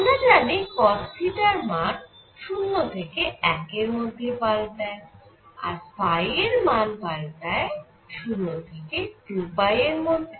আমরা জানি cosθ র মান 0 থেকে 1 এর মধ্যে পাল্টায়আর এর মান পাল্টায় 0 থেকে 2 এর মধ্যে